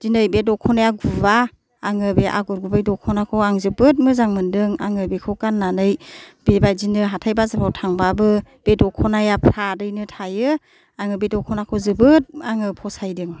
दिनै बे दख'नाया गुआ आङो बे आगर गुबै दख'नाखौ आं जोबोद मोजां मोन्दों आङो बेखौ गाननानै बेबायदिनो हाथाइ बाजारफ्राव थांबाबो बे दख'नाया फ्राथयैनो थायो आं बे दख'नाखौ जोबोद आङो फसायदों